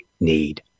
need